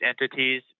entities